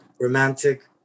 romantic